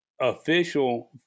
official